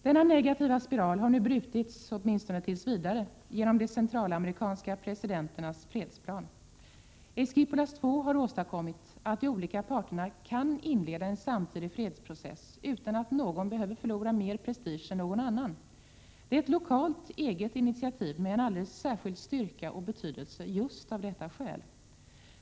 Denna negativa spiral har nu brutits, åtminstone tills vidare, genom de centralamerikanska presidenternas fredsplan. Esquipulas II har åstadkommit att de olika parterna kan inleda en samtidig fredsprocess utan att någon behöver förlora mer prestige än någon annan. Det är ett lokalt, eget initiativ med en just av detta skäl alldeles särskild styrka och betydelse.